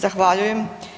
Zahvaljujem.